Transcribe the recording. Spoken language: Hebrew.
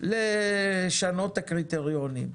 לשנות את הקריטריונים,